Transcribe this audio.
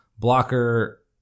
blocker